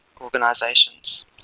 organisations